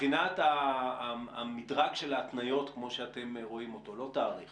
מבחינת המדרג של ההתניות כמו שאתם רואים אותו לא תאריך